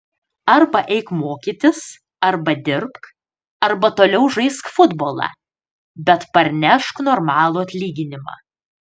arba eik mokytis arba dirbk arba toliau žaisk futbolą bet parnešk normalų atlyginimą